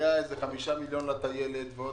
היו חמישה מיליון שקלים לטיילת, עוד